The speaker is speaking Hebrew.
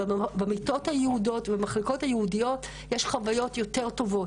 במיטות הייעודיות ובמחלקות הייעודיות יש חוויות יותר טובות.